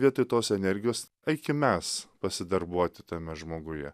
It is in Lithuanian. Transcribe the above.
vietoj tos energijos eikim mes pasidarbuoti tame žmoguje